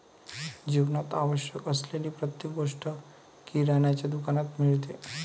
जीवनात आवश्यक असलेली प्रत्येक गोष्ट किराण्याच्या दुकानात मिळते